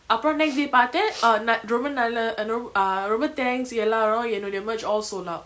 அப்ரோ:apro next day பாத்த:patha ah நா ரொம்ப நல்ல:na romba nalla romb~ ah ரொம்ப:romba thanks எல்லாரு என்னோட:ellaru ennoda merch all sold out